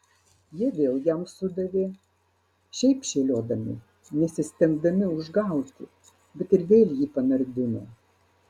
jie vėl jam sudavė šiaip šėliodami nesistengdami užgauti bet ir vėl jį panardino